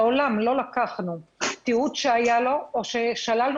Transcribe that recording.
לעולם לא לקחנו תיעוד שהיה לו או ששללנו